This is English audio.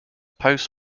post